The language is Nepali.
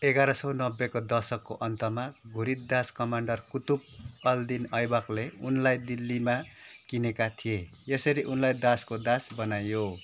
एघार सौ नब्बेको दशकको अन्तमा घुरिद दास कमान्डर कुतुब अल दिन ऐबकले उनलाई दिल्लीमा किनेका थिए यसरी उनलाई दासको दास बनाइयो